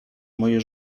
moje